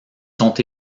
sont